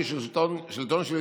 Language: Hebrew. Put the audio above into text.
שהיא שלטון של יהודים,